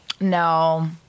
No